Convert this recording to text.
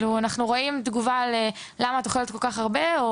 אנחנו רואים תגובה כמו: ״למה את אוכלת כל כך הרבה?״